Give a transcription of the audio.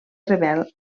rebel